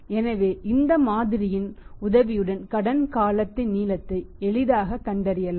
எனவே இந்த மாதிரியின் உதவியுடன் கடன் காலத்தின் நீளத்தை எளிதாகக் கண்டறியலாம்